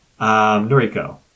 Noriko